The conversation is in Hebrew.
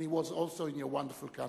and he was also in your wonderful country.